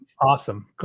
awesome